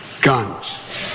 guns